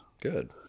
Good